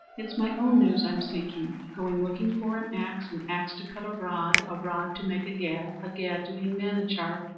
it's my own news i'm seeking. going looking for an axe, an axe to cut a rod, a rod to make a gad, a gad to hang manachar,